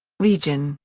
region,